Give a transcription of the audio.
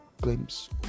glimpse